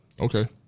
Okay